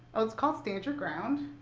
it's called stand your ground.